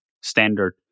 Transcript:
standard